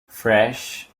fresh